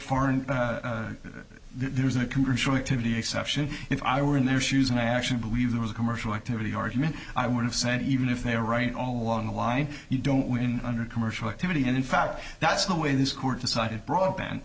commercial activity exception if i were in their shoes and i actually believe there was a commercial activity argument i would have sent even if they were right all along the line you don't win under commercial activity and in fact that's the way this court decided broadband